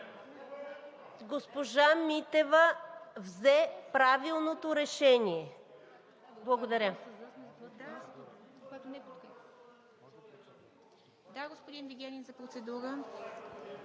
госпожа Митева взе правилното решение. Благодаря.